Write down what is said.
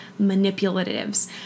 manipulatives